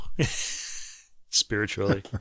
Spiritually